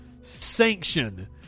Sanction